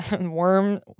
Worm